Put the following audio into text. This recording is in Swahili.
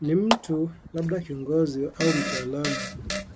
Ni mtu, labda kiongozi, au mtaalamu,